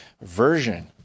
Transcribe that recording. version